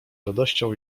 radością